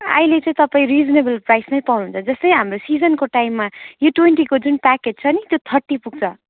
अहिले चाहिँ तपाईँ रिजनेबल प्राइसमै पाउनुहुन्छ जस्तै हाम्रो सिजनको टाइममा यो ट्वेन्टीको जुन प्याकेज छ नि त्यो थर्टी पुग्छ